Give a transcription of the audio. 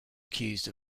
accused